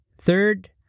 Third